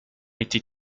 été